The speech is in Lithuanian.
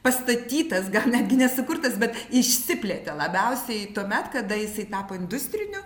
pastatytas gal netgi ne sukurtas bet išsiplėtė labiausiai tuomet kada jisai tapo industriniu